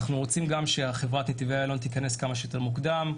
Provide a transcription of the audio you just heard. אנחנו רוצים גם שחברת "נתיבי איילון" תיכנס כמה שיותר מוקדם,